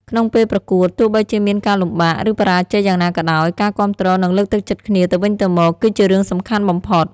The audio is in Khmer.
ក្នុងពេលប្រកួត ទោះបីជាមានការលំបាក ឬបរាជ័យយ៉ាងណាក៏ដោយ ការគាំទ្រ និងលើកទឹកចិត្តគ្នាទៅវិញទៅមកគឺជារឿងសំខាន់បំផុត។